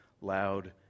loud